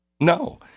no